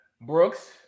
Brooks